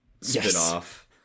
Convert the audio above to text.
spin-off